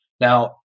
Now